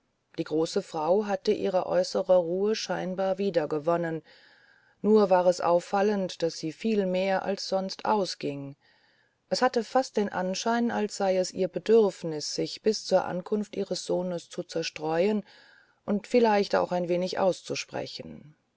die große frau hatte ihre äußere ruhe scheinbar wiedergewonnen nur war es auffallend daß sie viel mehr als sonst ausging es hatte fast den anschein als sei es ihr bedürfnis sich bis zur ankunft ihres sohnes zu zerstreuen und vielleicht auch ein wenig auszusprechen